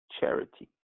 charity